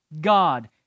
god